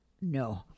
no